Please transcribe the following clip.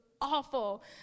awful